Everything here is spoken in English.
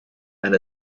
and